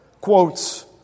quotes